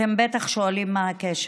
אתם בטח שואלים מה הקשר.